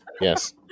Yes